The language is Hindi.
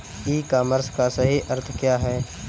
ई कॉमर्स का सही अर्थ क्या है?